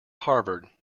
harvard